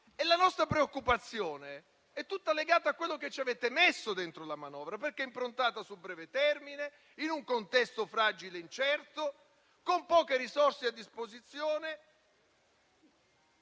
La nostra preoccupazione è tutta legata a quello che avete messo dentro la manovra, perché è improntata sul breve termine in un contesto fragile e incerto, con poche risorse a disposizione.